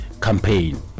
campaign